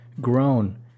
grown